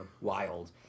wild